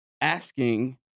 asking